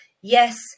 Yes